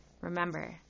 Remember